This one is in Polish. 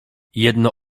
jedno